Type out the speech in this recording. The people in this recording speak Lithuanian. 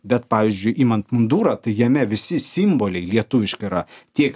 bet pavyžiui iman mundurą tai jame visi simboliai lietuviški yra tiek